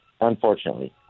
unfortunately